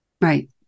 Right